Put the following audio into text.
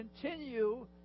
continue